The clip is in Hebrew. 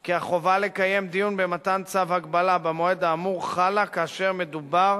כי החובה לקיים דיון במתן צו הגבלה במועד האמור חלה כאשר מדובר